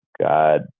god